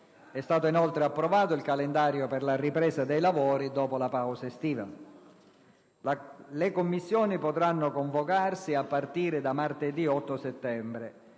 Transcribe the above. È stato inoltre approvato il calendario per la ripresa dei lavori dopo la pausa estiva. Le Commissioni potranno convocarsi a partire da martedì 8 settembre.